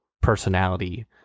personality